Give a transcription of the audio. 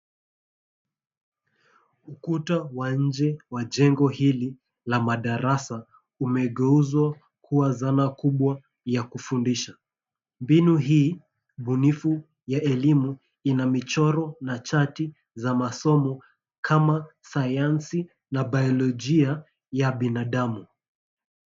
Ukuta wa nje wa jengo hili la madarasa umegeuzwa kuwa zana kubwa ya kufundisha. Mbinu hii bunifu ya elimu ina michoro na chati za masomo kama sayansi na bayolojia ya binadamu.